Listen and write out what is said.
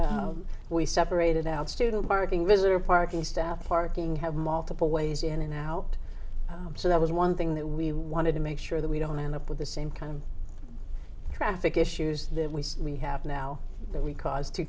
here we separated out student parking visitor parking staff parking have multiple ways in and out so that was one thing that we wanted to make sure that we don't end up with the same kind of traffic issues that we have now that we cause two